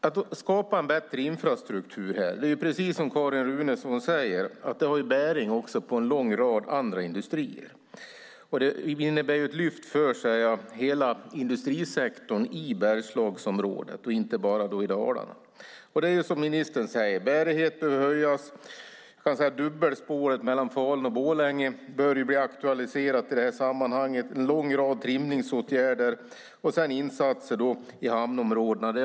Att skapa en infrastruktur har - precis som Carin Runeson säger - bäring på en rad industrier. Det innebär ett lyft för hela industrisektorn i Bergslagsområdet, inte bara i Dalarna. Det är som ministern säger: Bärighet bör höjas, dubbelspåret mellan Falun och Borlänge bör aktualiseras i sammanhanget, en lång rad trimningsåtgärder och insatser i hamnområdena krävs.